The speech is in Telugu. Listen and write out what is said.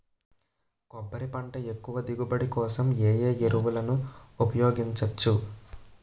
కొబ్బరి పంట ఎక్కువ దిగుబడి కోసం ఏ ఏ ఎరువులను ఉపయోగించచ్చు?